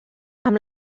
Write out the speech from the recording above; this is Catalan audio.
amb